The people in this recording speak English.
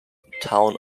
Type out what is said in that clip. town